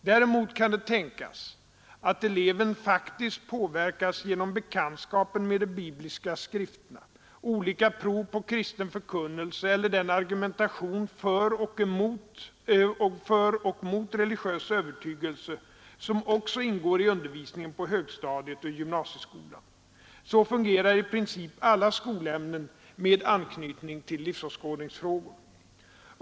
Däremot kan det tänkas att eleven faktiskt påverkas genom bekantskapen med de bibliska skrifterna, olika prov på kristen förkunnelse eller den argumentation för och emot religiös övertygelse som också ingår i undervisningen på högstadiet och i gymnasieskolan. Så fungerar i princip alla skolämnen med anknytning till livsåskådningsfrågor.